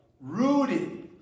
Rooted